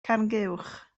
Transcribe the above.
carnguwch